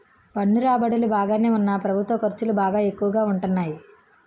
పన్ను రాబడులు బాగానే ఉన్నా ప్రభుత్వ ఖర్చులు బాగా ఎక్కువగా ఉంటాన్నాయి